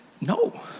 No